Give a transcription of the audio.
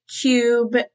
cube